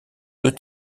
deux